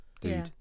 dude